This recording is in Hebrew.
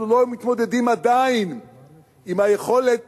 אנחנו לא מתמודדים עדיין עם היכולת